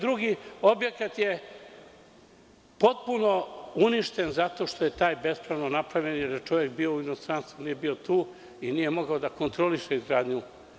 Drugi objekat je potpuno uništen zato štoje taj bespravno napravljen, jer je čovek bio u inostranstvu, nije bio tu i nije mogao da kontroliše izgradnju.